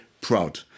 proud